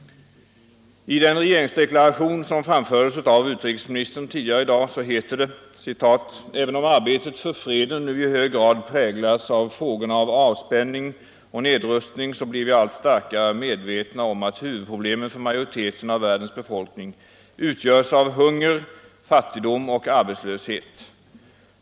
I den regeringsdeklaration som framfördes av utrikesministern tidigare i dag heter det: ”Även om arbetet för freden nu i hög grad präglas av frågorna om avspänning och nedrustning blir vi allt starkare medvetna om att huvudproblemen för majoriteten av världens befolkning utgörs av hunger, fattigdom och arbetslöshet.